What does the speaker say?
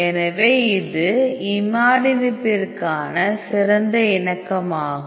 எனவே இது இமாடினிபிற்கான சிறந்த இணக்கமாகும்